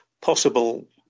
possible